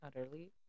utterly